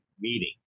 meeting